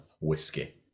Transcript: Whiskey